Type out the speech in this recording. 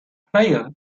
player